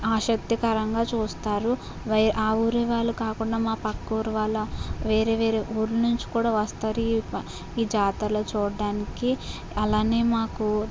ఆసక్తికరంగా చూస్తారు వై ఆ ఊరు వాళ్ళు కాకుండా మా పక్కూరు వాళ్ళు వేరే వేరే ఊర్ల నుంచి కూడా వస్తారు ఈ జాతరలు చూడ్డానికి అలానే మాకు